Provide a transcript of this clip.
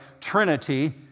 Trinity